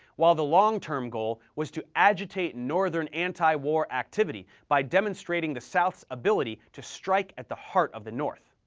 while the long-term goal was to agitate northern anti-war activity by demonstrating the south's ability to strike at the heart of the north.